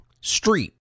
street